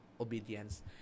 obedience